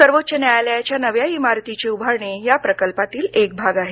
सर्वोच्च न्यायालयाच्या नव्या इमारतीची उभारणी या प्रकल्पातील एक भाग आहे